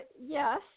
yes